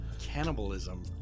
Cannibalism